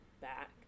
back